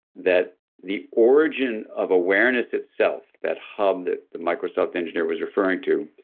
that the origin of awareness itself, that hub that the microsoft engineer was referring to,